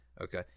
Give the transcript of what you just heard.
okay